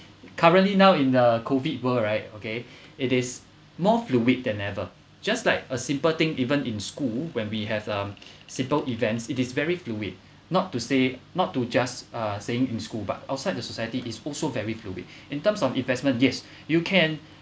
currently now in the COVID world right okay it is more fluid than ever just like a simple thing even in school when we have um simple events it is very fluid not to say not to just uh saying in school but outside the society is also very fluid in terms of investment yes you can